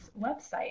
website